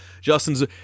Justin's